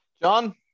John